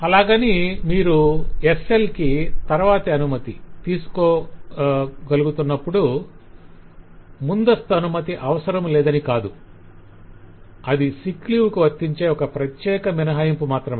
అలాగని మీరు SL కి తరవాత అనుమతి తీసుకోగలుగుతున్నప్పుడు ముందస్తు అనుమతి అవసరం లేదని కాదు - అది సిక్ లీవ్ కు వర్తించే ఒక ప్రత్యెక మినహాయింపు మాత్రమే